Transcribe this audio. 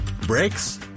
Brakes